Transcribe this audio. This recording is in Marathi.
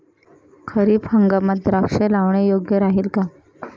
खरीप हंगामात द्राक्षे लावणे योग्य राहिल का?